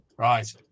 Right